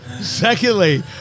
Secondly